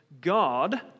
God